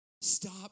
stop